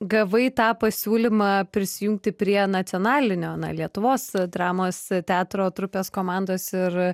gavai tą pasiūlymą prisijungti prie nacionalinio na lietuvos dramos teatro trupės komandos ir